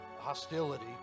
hostility